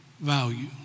value